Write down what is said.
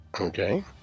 Okay